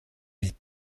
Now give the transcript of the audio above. mit